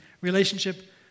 relationship